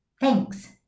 Thanks